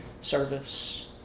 service